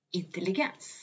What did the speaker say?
intelligens